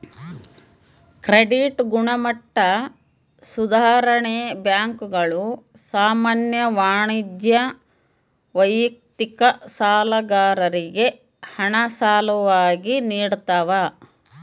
credit ಗುಣಮಟ್ಟ ಸುಧಾರಣೆ ಬ್ಯಾಂಕುಗಳು ಸಾಮಾನ್ಯ ವಾಣಿಜ್ಯ ವೈಯಕ್ತಿಕ ಸಾಲಗಾರರಿಗೆ ಹಣ ಸಾಲವಾಗಿ ನಿಡ್ತವ